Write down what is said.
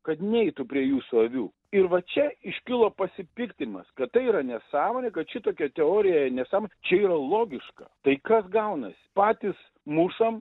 kad neitų prie jūsų avių ir va čia iškilo pasipiktinimas kad tai yra nesąmonė kad šitokia teorija nesąm čia yra logiška tai kas gaunasi patys mušam